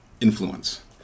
Influence